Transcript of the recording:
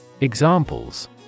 Examples